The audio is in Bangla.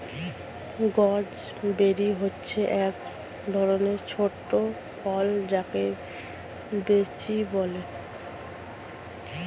গুজবেরি হচ্ছে এক ধরণের ছোট ফল যাকে বৈঁচি বলে